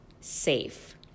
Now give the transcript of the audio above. safe